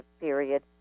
period